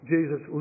Jesus